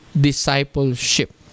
discipleship